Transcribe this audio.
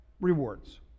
rewards